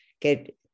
get